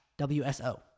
WSO